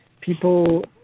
people